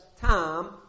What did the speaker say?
time